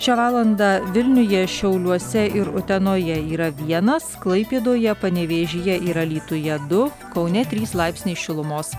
šią valandą vilniuje šiauliuose ir utenoje yra vienas klaipėdoje panevėžyje ir alytuje du kaune trys laipsniai šilumos